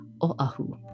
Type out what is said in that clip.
O'ahu